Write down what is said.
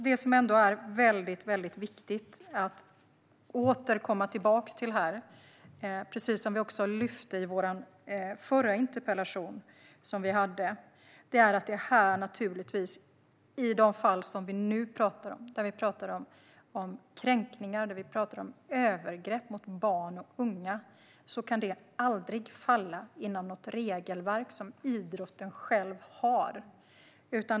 Det som är mycket viktigt att återkomma till, precis som vi tog upp i vår förra interpellationsdebatt, är naturligtvis att de fall vi nu pratar om - kränkningar och övergrepp mot barn och unga - aldrig kan falla inom något regelverk som idrotten själv har.